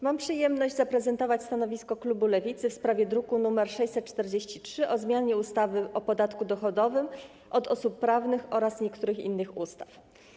Mam przyjemność zaprezentować stanowisko klubu Lewicy w sprawie druku nr 643 o zmianie ustawy o podatku dochodowym od osób prawnych oraz niektórych innych ustaw.